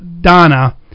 Donna